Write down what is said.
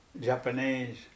Japanese